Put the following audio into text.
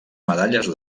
medalles